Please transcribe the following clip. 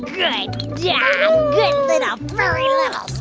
good yeah little furry, little,